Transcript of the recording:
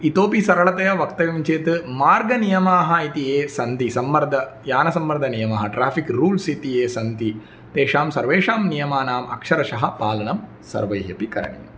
इतोऽपि सरलतया वक्तव्यं चेत् मार्गनियमाः इति ये सन्ति सम्वर्धन यानसम्वर्धननियमाः ट्राफ़िक् रूल्स् इति ये सन्ति तेषां सर्वेषां नियमानां अक्षरशः पालनं सर्वैः अपि करणीयम्